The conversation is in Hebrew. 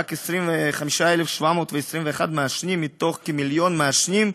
רק 25,721 מעשנים מתוך כמיליון מעשנים,